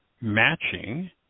matching